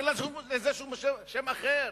אין לה שום שם אחר.